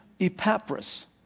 Epaphras